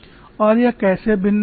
और यह कैसे भिन्न होता है